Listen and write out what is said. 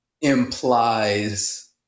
implies